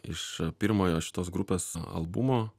iš pirmojo šitos grupės albumo